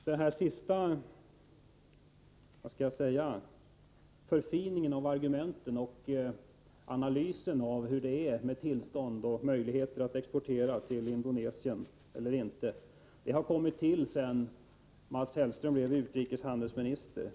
Herr talman! Den sista ”förfiningen” av argumenten och analysen av hur det är med tillstånd och möjligheter att exportera till Indonesien har tillkommit sedan Mats Hellström blev utrikeshandelsminister.